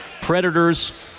Predators